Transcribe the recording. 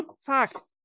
Fuck